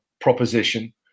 proposition